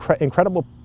incredible